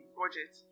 budget